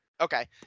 Okay